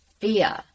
fear